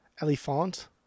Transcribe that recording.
Elephant